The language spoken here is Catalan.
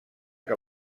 que